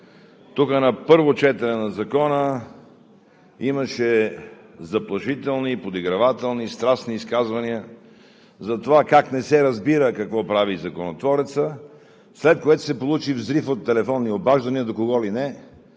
Тук на първо четене на Закона имаше заплашителни, подигравателни и страстни изказвания за това как не се разбира какво прави законотворецът, след което се получи взрив от телефонни обаждания до кого ли не.